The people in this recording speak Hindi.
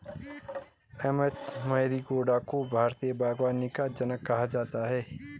एम.एच मैरिगोडा को भारतीय बागवानी का जनक कहा जाता है